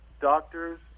doctors